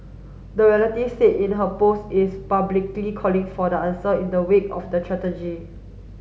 the relative said in her post is publicly calling for the answer in the wake of the